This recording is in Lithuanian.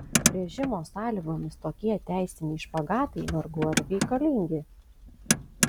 režimo sąlygomis tokie teisiniai špagatai vargu ar reikalingi